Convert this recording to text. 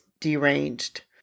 deranged